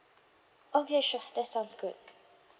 okay sure that sounds good